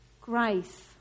Grace